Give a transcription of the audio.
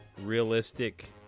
realistic